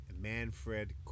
Manfred